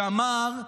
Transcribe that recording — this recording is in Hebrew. שאמר,